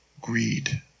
greed